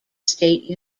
state